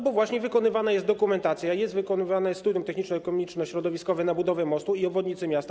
Bo właśnie wykonywana jest dokumentacja, jest wykonywane studium techniczno-ekonomiczno-środowiskowe na budowę mostu i obwodnicy miasta.